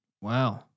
Wow